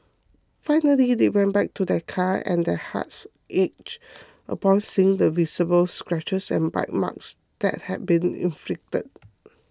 finally they went back to their car and their hearts ached upon seeing the visible scratches and bite marks that had been inflicted